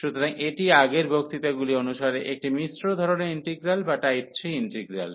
সুতরাং এটি আগের বক্তৃতাগুলি অনুসারে একটি মিশ্র ধরণের ইন্টিগ্রাল বা টাইপ 3 ইন্টিগ্রাল